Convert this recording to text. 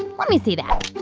let me see that.